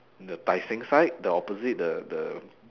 the tai-seng side the opposite the the